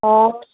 ਹੋਰ